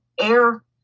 air